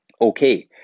okay